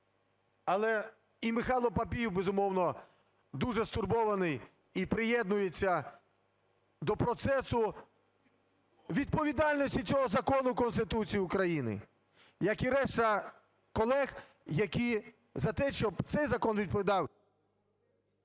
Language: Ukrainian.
І Михайло Папієв, безумовно, дуже стурбований і приєднується до процесу відповідальності цього закону Конституції України, як і решта колег, які за те, щоб цей закон відповідав…